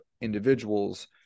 individuals